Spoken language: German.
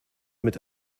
mit